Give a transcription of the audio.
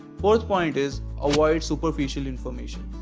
fourth point is avoid superficial information